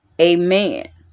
Amen